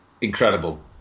incredible